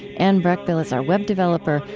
anne breckbill is our web developer.